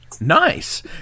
Nice